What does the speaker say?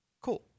cool